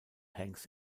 hangs